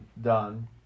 done